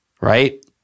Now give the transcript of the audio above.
right